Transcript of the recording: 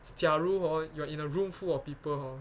假如 hor you are in a room full of people hor